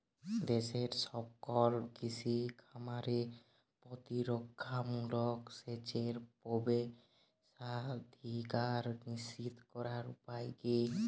দেশের সকল কৃষি খামারে প্রতিরক্ষামূলক সেচের প্রবেশাধিকার নিশ্চিত করার উপায় কি?